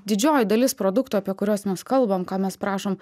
didžioji dalis produktų apie kuriuos mes kalbam ką mes prašom